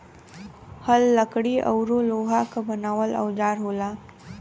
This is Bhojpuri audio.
हल लकड़ी औरु लोहा क बनावल औजार होला